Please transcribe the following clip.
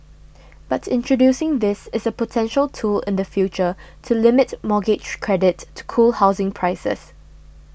but introducing this is a potential tool in the future to limit mortgage credit to cool housing prices